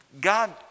God